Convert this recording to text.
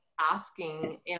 asking